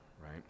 right